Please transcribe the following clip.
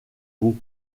beau